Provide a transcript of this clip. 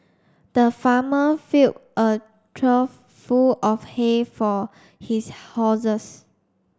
the farmer fill a trough full of hay for his horses